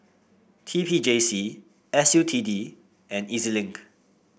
T P J C S U T D and E Z Link